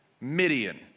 Midian